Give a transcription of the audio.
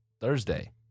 Thursday